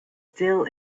still